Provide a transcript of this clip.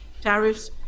tariffs